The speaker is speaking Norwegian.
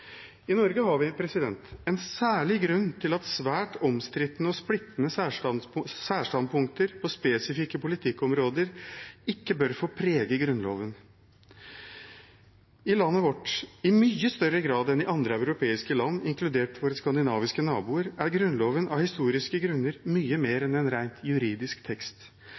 I Norge har vi en særlig grunn til at svært omstridte og splittende særstandpunkter på spesifikke politikkområder ikke bør få prege Grunnloven. I landet vårt, i mye større grad enn i andre europeiske land, inkludert våre skandinaviske naboer, er Grunnloven av historiske grunner mye mer enn en rent juridisk tekst.